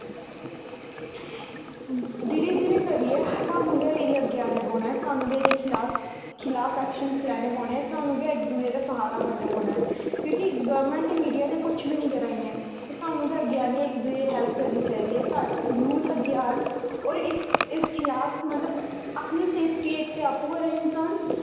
धीरे धीरे करियै सानू गै इ'दे अग्गें आना पौना ऐ सानू गै एह्दे खलाफ खिलाफ ऐक्शन्स लैने पौने सानू गै इक दुए दा स्हारा बनने पौना ऐ क्यूंकि गौरमैंट ते मीडिया ते कुछ बी निं करा दियां न ते सानू गै अग्गै आनियै इक दुए दी हैल्प करनी चाहिदी ऐ यूथ अग्गें आन और इस इस खिलाफ मतलब अपनी सेफटी इक ते अप्पू करे इंसान